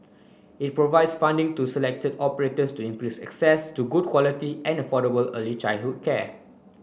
it provides funding to selected operators to increase access to good quality and affordable early childhood care